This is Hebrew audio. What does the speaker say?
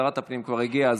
שרת הפנים כבר הגיעה,